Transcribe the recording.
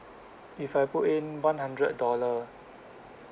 if I put in one hundred dollar